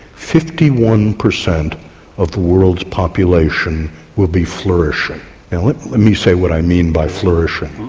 fifty one per cent of the world's population will be flourishing. now let me say what i mean by flourishing.